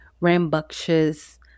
rambunctious